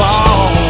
on